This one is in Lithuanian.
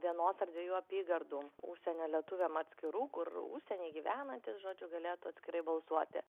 vienos ar dviejų apygardų užsienio lietuviam atskirų kur užsieny gyvenantys žodžiu galėtų atskirai balsuoti